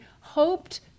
hoped